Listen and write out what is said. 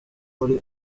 muri